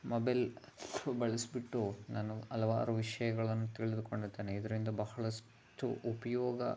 mobile ಬಳಸಿಬಿಟ್ಟು ನಾನು ಹಲವಾರು ವಿಷ್ಯಗಳನ್ನು ತಿಳಿದುಕೊಳ್ಳುತ್ತೇನೆ ಇದರಿಂದ ಬಹಳಷ್ಟು ಉಪಯೋಗ